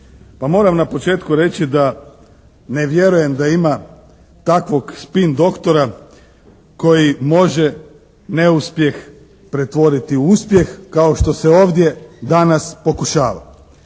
moram na početku reći da ne vjerujem da ima takvog spin doktora koji može neuspjeh pretvoriti u uspjeh kao što se ovdje danas pokušava.